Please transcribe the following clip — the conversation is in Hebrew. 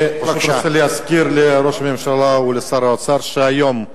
אני רק רוצה להזכיר לראש הממשלה ולשר האוצר שהיום,